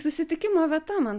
susitikimo vieta man